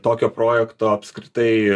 tokio projekto apskritai